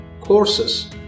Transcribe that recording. Courses